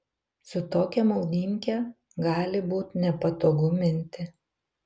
su tokia maudymke gali būt nepatogu minti